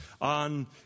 on